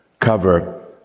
cover